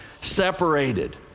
separated